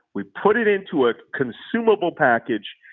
we put it into a consumable package,